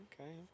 Okay